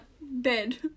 bed